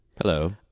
Hello